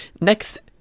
next